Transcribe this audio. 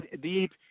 deep